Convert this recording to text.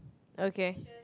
okay